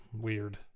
Weird